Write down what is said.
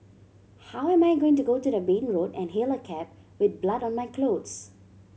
how am I going to go to the main road and hail a cab with blood on my clothes